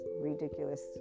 ridiculous